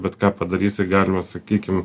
bet ką padarysi galima sakykim